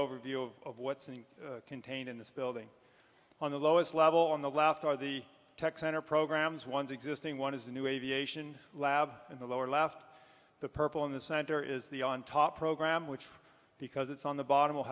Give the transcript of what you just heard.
overview of what's contained in this building on the lowest level on the left are the tech center programs one's existing one is the new aviation lab in the lower left the purple in the center is the on top program which because it's on the bottom